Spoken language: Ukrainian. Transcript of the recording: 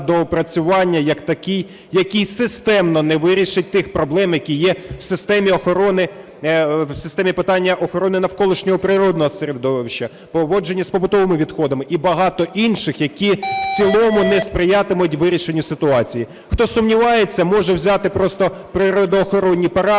доопрацювання як такий, який системно не вирішить тих проблем, які є в системі питання охорони навколишнього природного середовища, поводження з побутовими відходами і багато інших, які в цілому не сприятимуть вирішенню ситуації. Хто сумнівається може взяти просто природоохоронні параметри